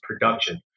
production